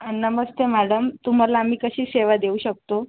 नमस्ते madam तुम्हाला आम्ही कशी सेवा देऊ शकतो